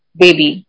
baby